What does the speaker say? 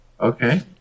Okay